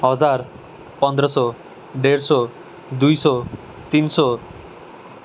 हजार पन्ध्र सौ डेढ सौ दुई सौ तिन सौ